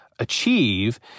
achieve